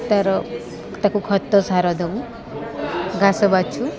ତା'ର ତାକୁ ଖତ ସାର ଦେଉ ଘାସ ବାଛୁ